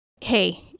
hey